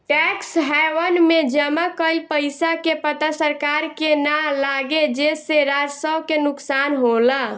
tax haven में जमा कइल पइसा के पता सरकार के ना लागे जेसे राजस्व के नुकसान होला